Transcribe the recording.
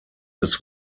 this